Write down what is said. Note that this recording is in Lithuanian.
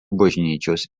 bažnyčios